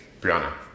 Brianna